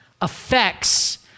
affects